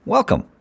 Welcome